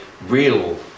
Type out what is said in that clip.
real